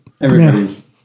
everybody's